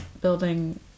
building